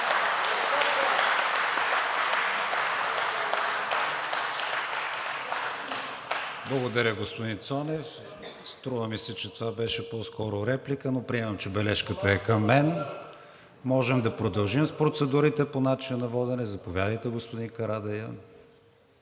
Благодаря, господин Цонев. Струва ми се, че това беше по-скоро реплика, но приемам, че бележката е към мен. Може да продължим с процедурите по начина на водене. Заповядайте, господин Карадайъ.